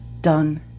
Done